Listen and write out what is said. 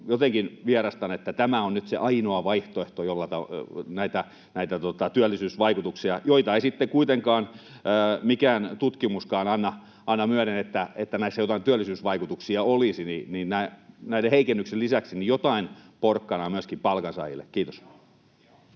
Jotenkin vierastan sitä, että tämä on nyt se ainoa vaihtoehto, jolla näitä työllisyysvaikutuksia tavoitellaan — ei sitten kuitenkaan mikään tutkimuskaan anna myöden, että näissä jotain työllisyysvaikutuksia olisi — ja toivoisi näiden heikennysten lisäksi myöskin jotain porkkanaa palkansaajille. — Kiitos.